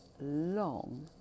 long